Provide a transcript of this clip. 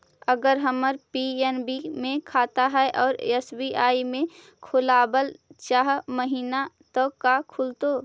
अगर हमर पी.एन.बी मे खाता है और एस.बी.आई में खोलाबल चाह महिना त का खुलतै?